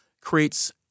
creates